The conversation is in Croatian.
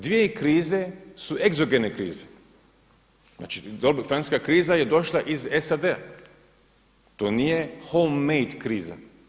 Dvije krize su egzogene krize, znači francuska kriza je došla iz SAD, to nije homemade kriza.